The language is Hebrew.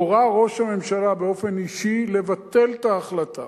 הורה ראש הממשלה באופן אישי לבטל את ההחלטה.